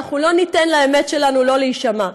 אנחנו לא ניתן לאמת שלנו לא להישמע,